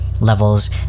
levels